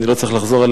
אני לא צריך לחזור,